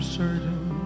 certain